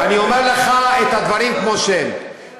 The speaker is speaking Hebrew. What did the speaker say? אני אומר לך את הדברים כמו שהם,